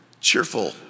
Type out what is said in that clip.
cheerful